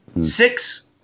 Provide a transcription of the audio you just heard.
Six